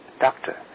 Doctor